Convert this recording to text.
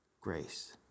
grace